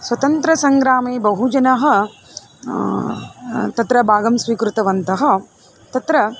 स्वतन्त्रसङ्ग्रामे बहवः जनाः तत्र भागं स्वीकृतवन्ताः तत्र